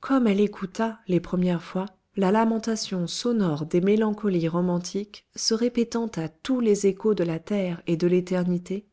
comme elle écouta les premières fois la lamentation sonore des mélancolies romantiques se répétant à tous les échos de la terre et de l'éternité